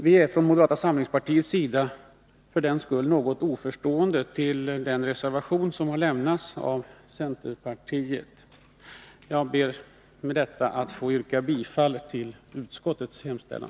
Vi är från moderata samlingspartiet något oförstående till den reservation som har avgivits av centerpartiet. Jag ber att med detta få yrka bifall till utskottets hemställan.